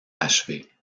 achevée